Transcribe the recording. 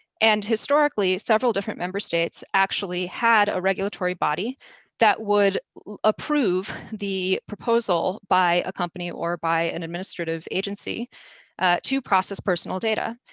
and, historically, several different member states actually had a regulatory body that would approve the proposal by a company or by an administrative agency to process personal data.